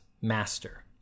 master